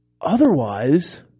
Otherwise